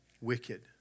wicked